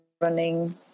running